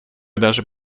даже